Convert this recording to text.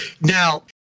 now